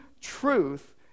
truth